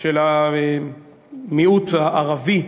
של המיעוט הערבי,